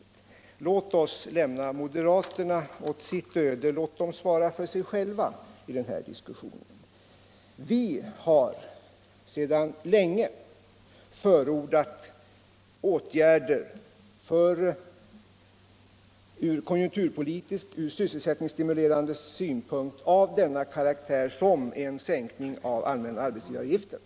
Men låt oss lämna moderaterna åt deras öde, låt dem svara för sig själva i den här diskussionen! Vi har sedan länge förordat åtgärder från sysselsättningsstimulerande synpunkt av sådan karaktär som en sänkning av arbetsgivaravgiften.